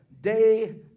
day